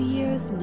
Year's